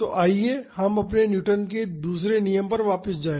तो आइए हम अपने न्यूटन के दूसरे नियम पर वापस जाएं